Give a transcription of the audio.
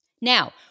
Now